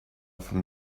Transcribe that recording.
from